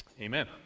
Amen